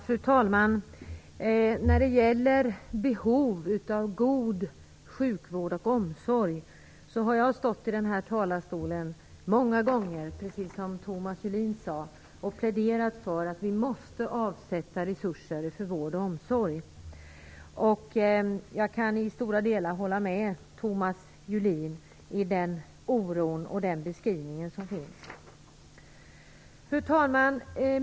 Fru talman! När det gäller behovet av god sjukvård och omsorg har jag - precis som Thomas Julin har gjort - många gånger stått i talarstolen och pläderat för att vi måste avsätta resurser för vård och omsorg. Jag kan i stora delar hålla med Thomas Julin i hans oro och i den beskrivning som han gör. Fru talman!